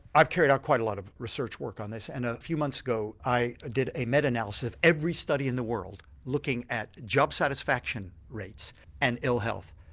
i've carried out quite a lot of research work on this and a few months ago i did a meta-analysis of every study in the world looking at job satisfaction rates and ill health.